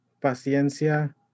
paciencia